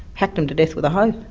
hacked them to death with a hoe.